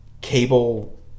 cable